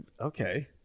okay